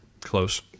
close